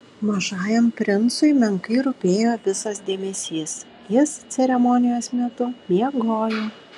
mažajam princui menkai rūpėjo visas dėmesys jis ceremonijos metu miegojo